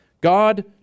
God